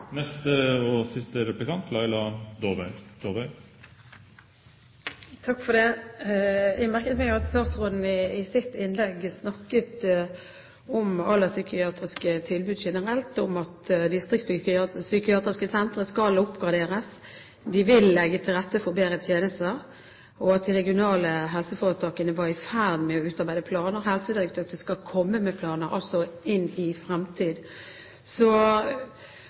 Jeg merket meg at statsråden i sitt innlegg snakket om alderspsykiatriske tilbud generelt, og at distriktspsykiatriske sentre skal oppgraderes. De vil legge til rette for bedre tjenester, og de regionale helseforetakene er i ferd med å utarbeide planer. Helsedirektoratet skal komme med planer, altså inn i framtid.